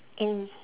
in